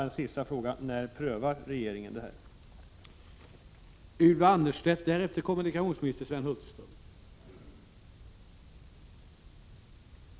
En sista fråga: När prövar regeringen det här ärendet?